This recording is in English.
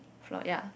floor ya